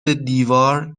دیوار